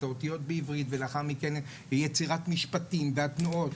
האותיות בעברית ולאחר מכן יצירת משפטים והתנועות.